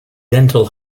dental